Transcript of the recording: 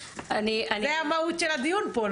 זה המהות של הדיון פה.